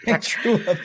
true